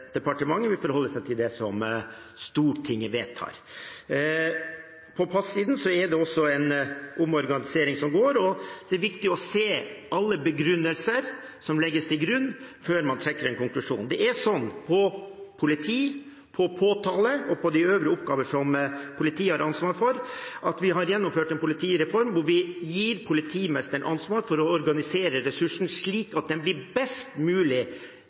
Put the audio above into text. det også en omorganisering som pågår. Det er viktig å se alle begrunnelser som legges til grunn, før man trekker en konklusjon. Når det gjelder politi, når det gjelder påtale og de øvrige oppgavene som politiet har ansvaret for, har vi gjennomført en politireform der vi gir politimesteren ansvaret for å organisere ressursene slik at det blir best mulig